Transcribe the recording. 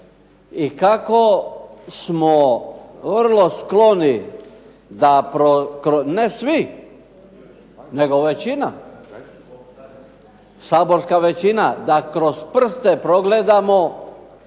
i kako smo vrlo skloni da, ne svi, nego većina, saborska većina da kroz prste progledamo